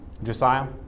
Josiah